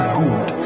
good